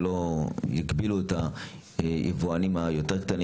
שלא יגבילו את הייבואנים הקטנים יותר,